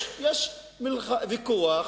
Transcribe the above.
יש ויכוח,